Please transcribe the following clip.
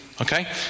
okay